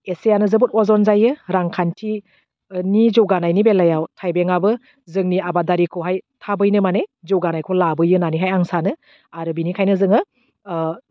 एसेआनो जोबोद अजन जायो रांखान्थि नि जौगानायनि बेलायाव थाइबेंआबो जोंनि आबादारिखौहाय थाबैनो माने जौगानायखौ लाबोयो होननानैहाय आं सानो आरो बिनिखायनो जोङो ओह